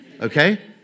okay